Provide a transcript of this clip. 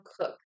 Cook